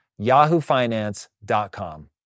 yahoofinance.com